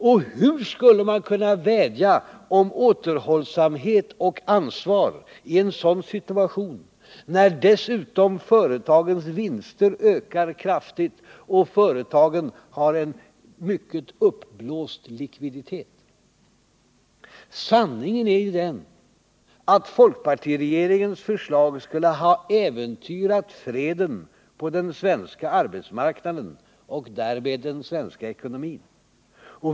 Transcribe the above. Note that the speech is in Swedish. Och hur skulle man kunna vädja om återhållsamhet och ansvar i en sådan situation, när dessutom företagens vinster ökar kraftigt och företagen har en mycket uppblåst likviditet? Sanningen är att folkpartiregeringens förslag skulle ha äventyrat freden på den svenska arbetsmarknaden och därmed den svenska ekonomin.